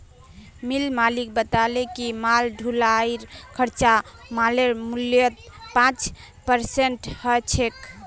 मिल मालिक बताले कि माल ढुलाईर खर्चा मालेर मूल्यत पाँच परसेंट ह छेक